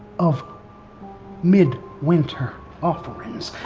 of midwinter offerings.